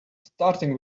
starting